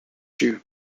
you